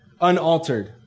unaltered